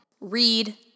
Read